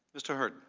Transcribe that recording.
mr. hurt.